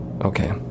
okay